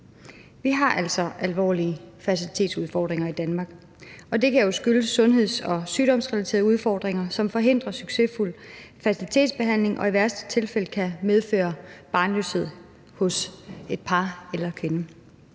Vi har altså alvorlige fertilitetsudfordringer i Danmark, og det kan jo være sundheds- og sygdomsrelaterede udfordringer, som forhindrer succesfuld fertilitetsbehandling og i værste tilfælde kan medføre barnløshed hos et par eller en kvinde.